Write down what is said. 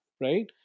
right